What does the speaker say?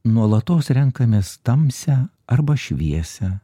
nuolatos renkamės tamsią arba šviesią